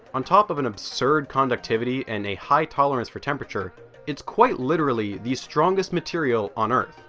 on top of an absurd conductivity and a high tolerance for temperature it's quite literally the strongest material on earth,